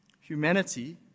Humanity